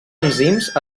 enzims